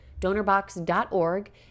donorbox.org